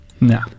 no